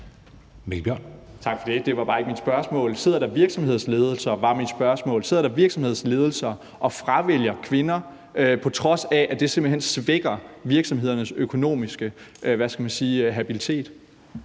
Mikkel Bjørn (DF): Tak for det. Det var bare ikke mit spørgsmål. Sidder der virksomhedsledelser og fravælger kvinder, på trods af at det simpelt hen svækker virksomhedernes økonomiske, hvad